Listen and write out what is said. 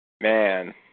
Man